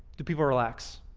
do people relax?